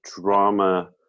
drama